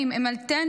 הם על טנדרים,